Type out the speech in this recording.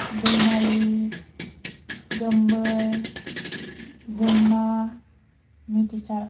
दैमालि गोमबोर जोंमा मिथिसार